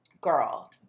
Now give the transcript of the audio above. Girl